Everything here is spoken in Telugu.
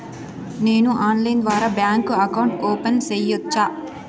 నేను ఆన్లైన్ ద్వారా బ్యాంకు అకౌంట్ ఓపెన్ సేయొచ్చా?